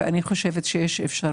ואני חושבת שיש אפשרות.